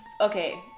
okay